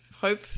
Hope